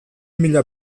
mila